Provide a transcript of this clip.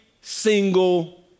single